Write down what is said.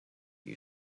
you